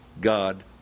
God